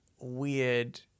weird